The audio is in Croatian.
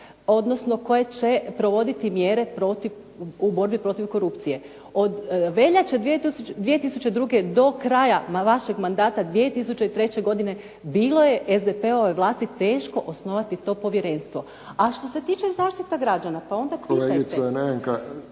koje će provoditi mjere protiv u borbi protiv korupcije. Od veljače 2002. do kraja vašeg mandata 2003. godine bilo je SDP-ove vlasti teško osnovati to povjerenstvo, a što se tiče zaštite građana, **Friščić,